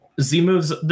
Z-Moves